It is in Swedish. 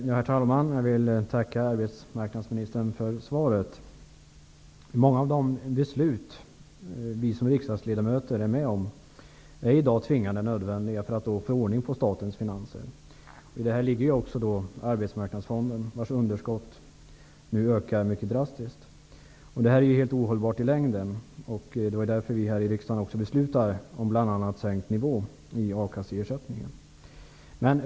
Herr talman! Jag vill tacka arbetsmarknadsministern för svaret. Många av de beslut som vi riksdagsledamöter är med om att fatta är i dag både tvingade och nödvändiga för att få ordning på statens finanser. I det här ligger Arbetsmarknadsfonden, vars underskott nu ökar mycket drastiskt. Det här är helt ohållbart i längden. Det är därför vi i riksdagen nu beslutar om bl.a. sänkt nivå på akasseersättningen.